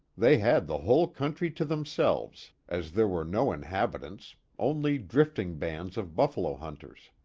they had the whole country to themselves, as there were no inhabitants only drifting bands of buffalo hunters.